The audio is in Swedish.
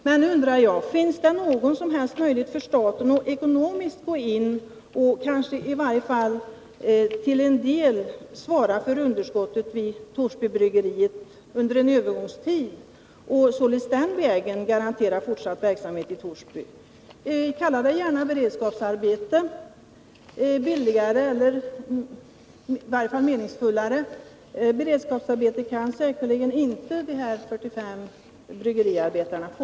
Men nu undrar jag: Finns det någon som helst möjlighet för staten att ekonomiskt gå in och i varje fall till en del svara för underskottet vid Torsbybryggeriet under en övergångstid och således den vägen garantera fortsatt verksamhet i Torsby? Kalla det gärna beredskapsarbete — billigare eller i varje fall meningsfullare beredskapsarbete kan säkerligen inte de här 45 bryggeriarbetarna få.